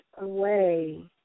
Away